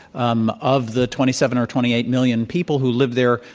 um of the twenty seven or twenty eight million people who live there,